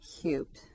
cubed